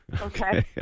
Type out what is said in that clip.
Okay